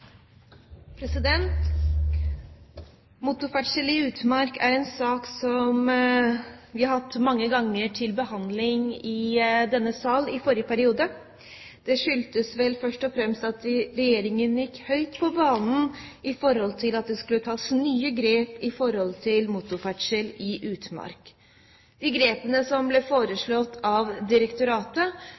en sak som vi hadde mange ganger til behandling i denne sal i forrige periode. Det skyldtes vel først og fremst at regjeringen gikk høyt på banen for at det skulle tas nye grep innen motorferdsel i utmark. De grepene som ble foreslått av Direktoratet